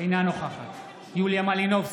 אינה נוכחת יוליה מלינובסקי,